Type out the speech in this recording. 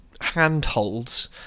handholds